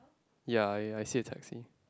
ya I I see a taxi